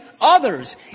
others